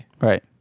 Right